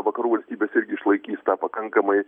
vakarų valstybės irgi išlaikys tą pakankamai